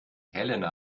helena